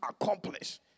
accomplish